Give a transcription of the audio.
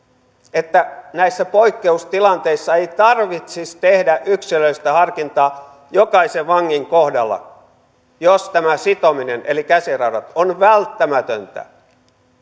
että näissä poikkeustilanteissa ei tarvitsisi tehdä yksilöllistä harkintaa jokaisen vangin kohdalla jos tämä sitominen eli käsiraudat on välttämätöntä